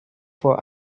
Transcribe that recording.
vor